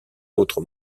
autre